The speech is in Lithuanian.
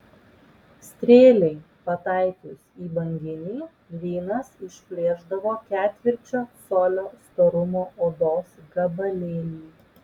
strėlei pataikius į banginį lynas išplėšdavo ketvirčio colio storumo odos gabalėlį